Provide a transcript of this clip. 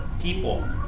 people